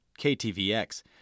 KTVX